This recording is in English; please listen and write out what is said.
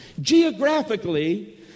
Geographically